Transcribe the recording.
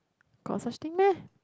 got such thing meh